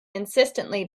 insistently